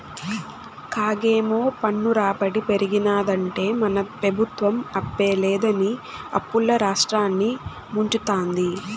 కాగేమో పన్ను రాబడి పెరిగినాదంటే మన పెబుత్వం అబ్బే లేదని అప్పుల్ల రాష్ట్రాన్ని ముంచతాంది